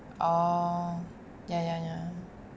orh ya ya ya